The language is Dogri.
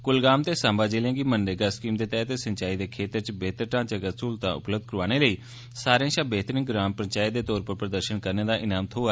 कुलगाम ते सांबा जिलें गी मनरेगा स्कीम दे तैह्त सिंचाई दे खेत्तर च बेह्तर ढांचागत स्हूलतां उपलब्ध करोआने लेई सारें षा बेह्तरीन ग्राम पंचैत दे तौर पर प्रदर्षन करने दा ईनाम थ्होआ